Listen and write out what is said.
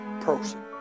person